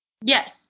Yes